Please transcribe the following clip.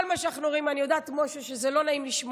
אני יודעת, משה, שזה לא נעים לשמוע.